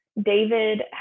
David